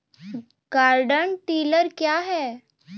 Garden tiller क्या हैं?